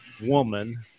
woman